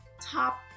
top